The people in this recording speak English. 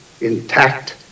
intact